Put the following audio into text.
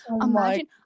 Imagine